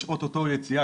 יש אוטוטו יציאה,